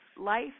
life